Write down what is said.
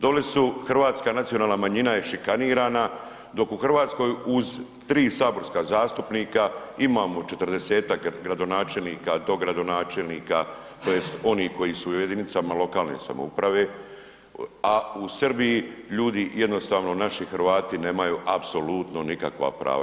Dole su, hrvatska nacionalna manjina je šikanirana, dok u Hrvatskoj uz 3 saborska zastupnika imamo 40-tak gradonačelnika, dogradonačelnika, tj. oni koji su u jedinicama lokalne samouprave, a u Srbiji ljudi jednostavno naši Hrvati nemaju apsolutno nikakva prava.